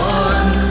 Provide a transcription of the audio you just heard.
one